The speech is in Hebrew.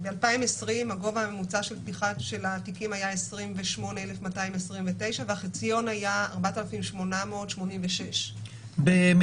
בשנת 2020 הגובה הממוצע של התיקים היה 28,229 ₪ והחציון היה 4,886 ₪.